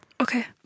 Okay